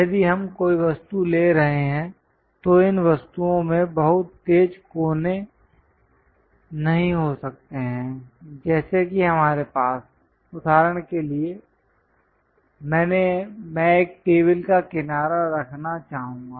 यदि हम कोई वस्तु ले रहे हैं तो इन वस्तुओं में बहुत तेज कोने नहीं हो सकते हैं जैसे कि हमारे पास उदाहरण के लिए मैं एक टेबल का किनारा रखना चाहूंगा